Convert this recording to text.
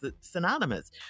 synonymous